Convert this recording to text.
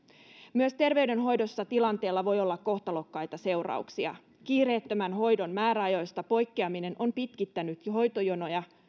myös terveydenhoidossa tilanteella voi olla kohtalokkaita seurauksia kiireettömän hoidon määräajoista poikkeaminen on jo pitkittänyt hoitojonoja